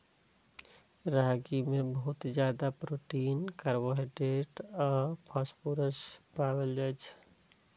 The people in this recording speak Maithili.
रागी मे बहुत ज्यादा प्रोटीन, कार्बोहाइड्रेट आ फास्फोरस पाएल जाइ छै